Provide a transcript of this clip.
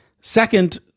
second